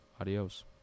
Adios